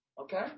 okay